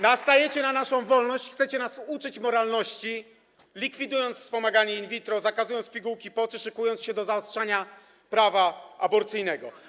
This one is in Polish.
Nastajecie na naszą wolność i chcecie nas uczyć moralności, likwidując wspomaganie in vitro, zakazując pigułki „dzień po” czy szykując się do zaostrzania prawa aborcyjnego.